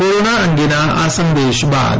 corona અંગેના આ સંદેશ બાદ